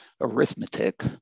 arithmetic